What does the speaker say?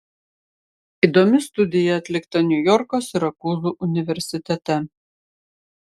įdomi studija atlikta niujorko sirakūzų universitete